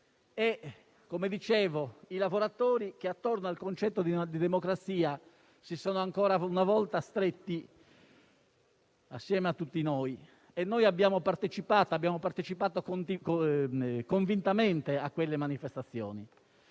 - come dicevo - i lavoratori che attorno al concetto di democrazia si sono ancora una volta stretti assieme a tutti noi. Abbiamo partecipato convintamente a quelle manifestazioni